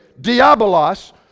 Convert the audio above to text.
Diabolos